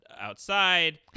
outside